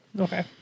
Okay